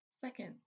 Second